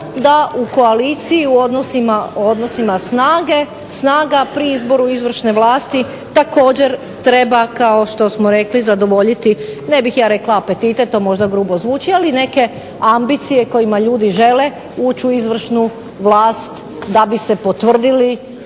da u koaliciji u odnosima snaga pri izboru izvršne vlasti također treba kao što sam rekla zadovoljiti, ne bih ja rekla apetite to možda grubo zvuči, ambicije kojima ljudi žele ući u izvršnu vlast da bi se potvrdili